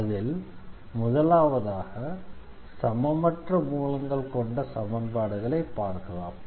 அதில் முதலாவதாக சமமற்ற மூலங்கள் கொண்ட சமன்பாடுகளை பார்க்கலாம்